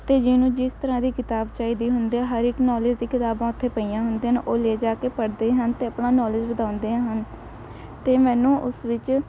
ਅਤੇ ਜਿਹਨੂੰ ਜਿਸ ਤਰ੍ਹਾਂ ਦੀ ਕਿਤਾਬ ਚਾਹੀਦੀ ਹੁੰਦੇ ਹਰ ਇੱਕ ਨੌਲੇਜ ਦੀ ਕਿਤਾਬਾਂ ਉੱਥੇ ਪਈਆਂ ਹੁੰਦੇ ਹਨ ਉਹ ਲੈ ਜਾ ਕੇ ਪੜ੍ਹਦੇ ਹਨ ਅਤੇ ਆਪਣਾ ਨੌਲੇਜ ਵਧਾਉਂਦੇ ਹਨ ਅਤੇ ਮੈਨੂੰ ਉਸ ਵਿੱਚ